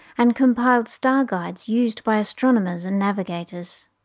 and compiled star guides used by astronomers and navigators.